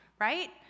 right